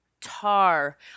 tar